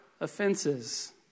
offenses